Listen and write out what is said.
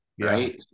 right